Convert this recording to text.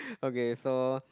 okay so